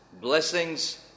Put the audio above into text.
blessings